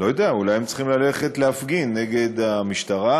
לא יודע, אולי הם צריכים ללכת להפגין נגד המשטרה,